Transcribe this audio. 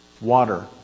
water